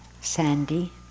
Sandy